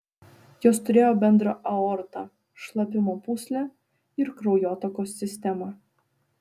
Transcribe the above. jos turėjo bendrą aortą šlapimo pūslę ir kraujotakos sistemą